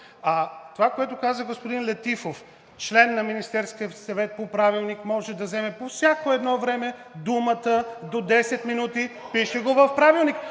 Това, което каза господин Летифов, че член на Министерския съвет по Правилник може да вземе по всяко едно време думата до 10 минути. (Шум и реплики.)